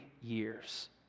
years